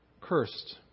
cursed